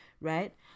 right